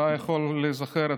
אתה יכול להיזכר,